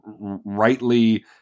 rightly